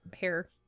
hair